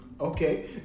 okay